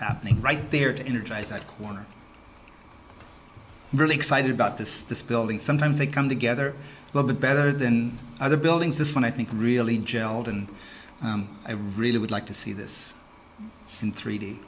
happening right there to energize that one are really excited about this this building sometimes they come together well better than other buildings this one i think really jelled and i really would like to see this in three d